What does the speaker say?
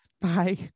Bye